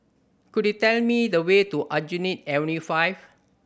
could you tell me the way to Aljunied Avenue Five